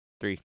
Three